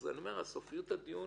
אז סופיות הדיון